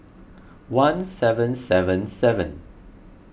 one seven seven seven